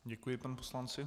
Děkuji panu poslanci.